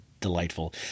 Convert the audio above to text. Delightful